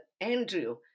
Andrew